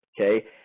okay